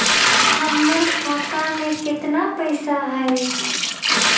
हमर खाता में केतना पैसा हई?